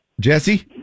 jesse